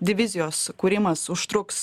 divizijos kūrimas užtruks